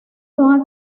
son